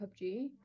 PUBG